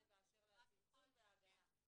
זה באשר לצמצום וההגנה.